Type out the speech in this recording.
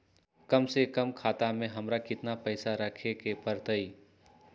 कम से कम खाता में हमरा कितना पैसा रखे के परतई?